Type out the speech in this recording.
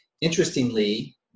Interestingly